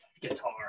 guitar